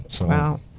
Wow